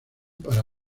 para